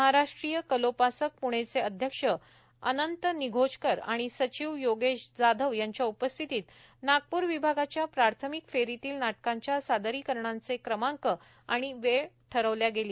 महाराष्ट्रीय कलोपासक प्णेचे अध्यक्ष अनंत निघोजकर आणि सचिव योगेश जाधव यांच्या उपस्थितीत नागपूर विभागाच्या प्राथमिक फेरीतील नाटकांच्या सादरीकरणाचे क्रमांक आणि वेळ ठरविल्या गेली